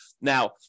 Now